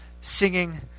singing